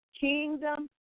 Kingdom